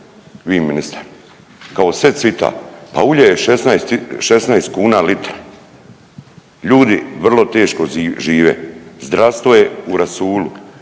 i ministar, kao sve cvita. Pa ulje je 16 kuna litra, ljudi vrlo teško žive, zdravstvo je u rasulu